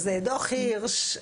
אז דו"ח הירש,